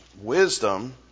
wisdom